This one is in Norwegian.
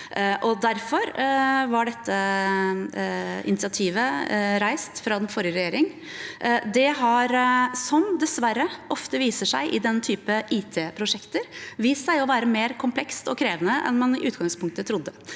Derfor var dette initiativet reist fra den forrige regjeringen. Som det dessverre ofte er i den typen IT-prosjekter, har dette vist seg å være mer komplekst og krevende enn man i utgangspunktet trodde.